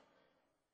והשומרון,